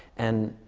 and